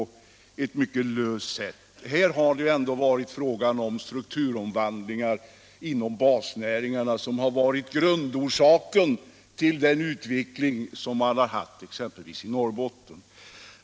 Det är ändå strukturomvandlingen inom basnäringarna som varit grundorsaken till utvecklingen i exempelvis Norrbotten.